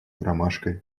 ромашкой